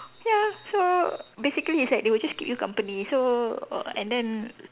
ya so basically it's like they will just keep you company so err and then